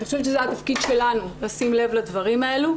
אני חושבת שזה התפקיד שלנו לשים לב לדברים האלה.